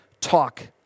talk